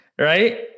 right